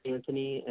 Anthony